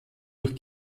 durch